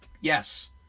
Yes